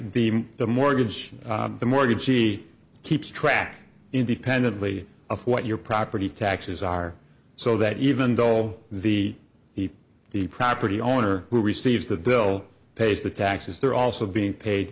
to the mortgage the mortgage she keeps track independently of what your property taxes are so that even though all the heap the property owner who receives the bill pays the taxes they're also being paid